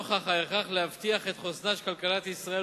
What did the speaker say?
נוכח ההכרח להבטיח את חוסנה של כלכלת ישראל